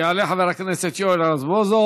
יעלה חבר הכנסת יואל רזבוזוב,